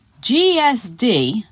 GSD